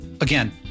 Again